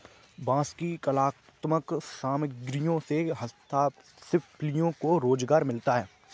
बाँस की कलात्मक सामग्रियों से हस्तशिल्पियों को रोजगार मिलता है